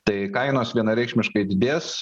tai kainos vienareikšmiškai didės